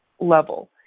level